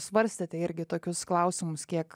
svarstėte irgi tokius klausimus kiek